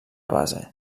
base